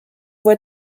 voie